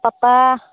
ᱯᱟᱛᱟ